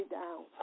down